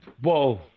Whoa